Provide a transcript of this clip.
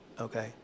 Okay